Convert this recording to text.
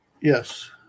Yes